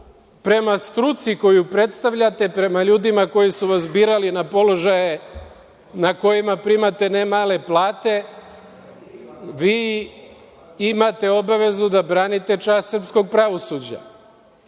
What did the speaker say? prema struci koju predstavljate, prema ljudima koji su vas birali na položaje na kojima primate ne male plate, vi imate obavezu da branite čast srpskog pravosuđa,